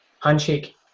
handshake